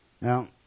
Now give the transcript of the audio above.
Now